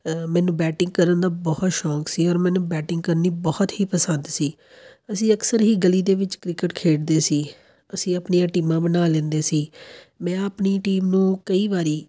ਮੈਨੂੰ ਬੈਟਿੰਗ ਕਰਨ ਦਾ ਬਹੁਤ ਸ਼ੌਂਕ ਸੀ ਔਰ ਮੈਨੂੰ ਬੈਟਿੰਗ ਕਰਨੀ ਬਹੁਤ ਹੀ ਪਸੰਦ ਸੀ ਅਸੀਂ ਅਕਸਰ ਹੀ ਗਲੀ ਦੇ ਵਿੱਚ ਕ੍ਰਿਕਟ ਖੇਡਦੇ ਸੀ ਅਸੀਂ ਆਪਣੀਆਂ ਟੀਮਾਂ ਬਣਾ ਲੈਂਦੇ ਸੀ ਮੈਂ ਆਪਣੀ ਟੀਮ ਨੂੰ ਕਈ ਵਾਰ